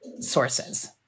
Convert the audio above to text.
sources